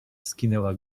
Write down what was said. skinęła